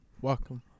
Welcome